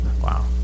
Wow